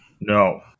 No